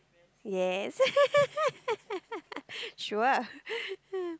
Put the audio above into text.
yes sure